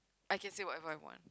I can say whatever I want